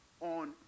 on